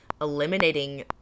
eliminating